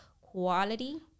quality